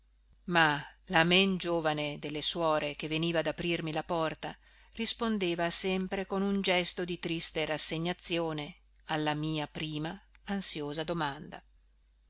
ma la men giovane delle suore che veniva ad aprirmi la porta rispondeva sempre con un gesto di triste rassegnazione alla mia prima ansiosa domanda